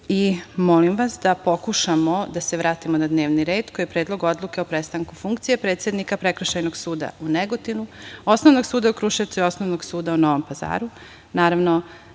godine. Molim vas da pokušamo da se vratimo na dnevni red koji je Predlog odluke o prestanku funkcije predsednika Prekršajnog suda u Negotinu, Osnovnog suda u Kruševcu i Osnovnog suda u Novom